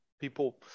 people